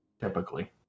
typically